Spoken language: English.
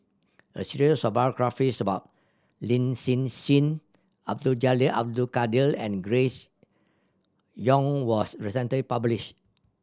a series of biographies about Lin Hsin Hsin Abdul Jalil Abdul Kadir and Grace Young was recently publish